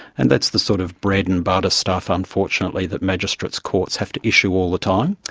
and that's the sort of bread-and-butter stuff unfortunately that magistrates courts have to issue all the time.